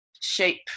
shape